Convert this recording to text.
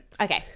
Okay